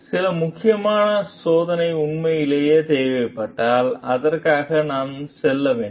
சில முக்கியமான சோதனை உண்மையிலேயே தேவைப்பட்டால் அதற்காக நாம் செல்ல வேண்டும்